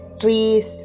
trees